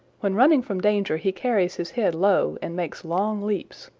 when running from danger he carries his head low and makes long leaps.